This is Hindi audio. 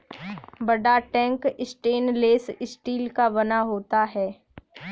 बड़ा टैंक स्टेनलेस स्टील का बना होता है